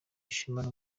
ishema